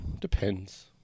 depends